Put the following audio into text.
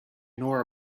nor